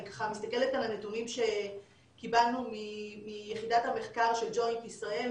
מסתכלת על הנתונים שקיבלנו מיחידת המחקר של ג'וינט ישראל,